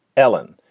ellen.